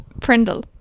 Prindle